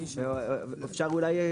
אפשר אולי,